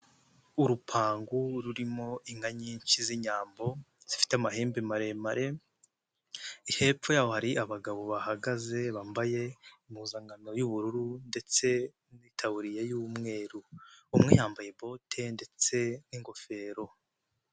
Urupangu rurimo inka nyinshi z'inyambo zifite amahembe maremare hepfo yaho hari abagabo bahagaze bambaye impuzankano y'ubururu ndetse n'itaburiya y'umweru, umwe yambaye bote ndetse n'ingofero.